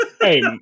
Hey